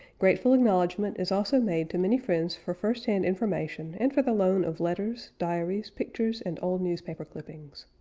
grateful acknowledgment is also made to many friends for first-hand information and for the loan of letters, diaries, pictures, and old newspaper clippings.